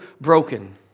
broken